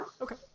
Okay